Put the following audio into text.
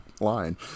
line